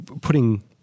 putting